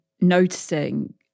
noticing